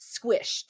squished